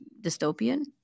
dystopian